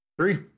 Three